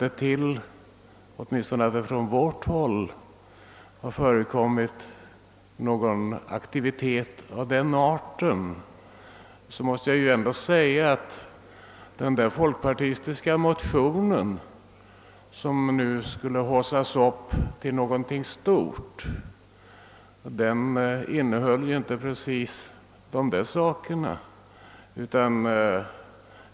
Åtminstone från vårt håll har nämligen, såvitt jag känner till, någon sådan aktivitet inte förekommit. Och jag måste säga att folkpartimotionen, som skulle haussas upp till någonting stort, innehöll ju inte precis alla dessa ting.